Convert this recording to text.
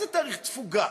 אין לזה תאריך תפוגה,